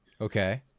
Okay